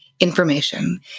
information